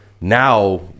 now